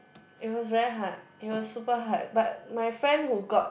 it was very hard it was super hard but my friend who got